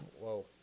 whoa